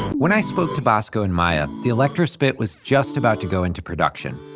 when i spoke to bosco and maya, the electrospit was just about to go into production.